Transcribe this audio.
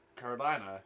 Carolina